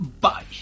bye